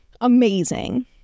Amazing